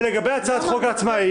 ולגבי הצעת החוק בעניין העצמאים